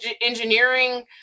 engineering